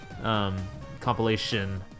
compilation